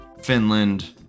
Finland